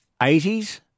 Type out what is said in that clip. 80s